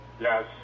Yes